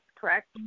correct